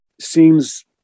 seems